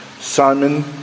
Simon